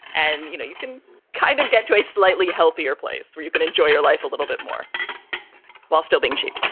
and, you know, you can kind of get to a slightly healthier place where you can enjoy your life a little bit more while still being cheap